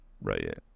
Right